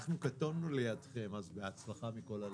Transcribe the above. אנחנו קטונו לידכם, אז בהצלחה מכל הלב.